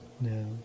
no